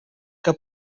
que